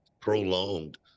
prolonged